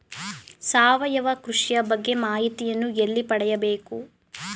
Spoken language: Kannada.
ಸಾವಯವ ಕೃಷಿಯ ಬಗ್ಗೆ ಮಾಹಿತಿಯನ್ನು ಎಲ್ಲಿ ಪಡೆಯಬೇಕು?